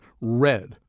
Red